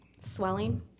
swelling